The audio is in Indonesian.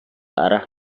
arah